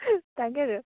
তাকে আৰু